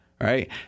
right